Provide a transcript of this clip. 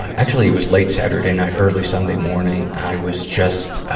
actually it was late saturday night, early sunday morning. i was just,